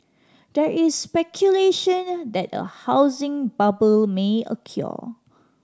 there is speculation that a housing bubble may occur